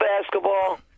basketball